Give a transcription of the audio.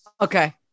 Okay